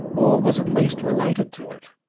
or was at least related to it.